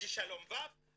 שלום ואך,